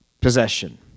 possession